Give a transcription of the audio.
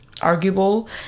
arguable